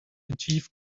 achieve